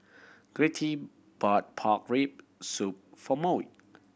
Gertie bought pork rib soup for Maud